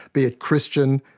be it christian,